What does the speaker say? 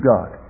God